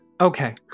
Okay